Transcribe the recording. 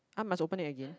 !huh! must open it again